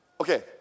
Okay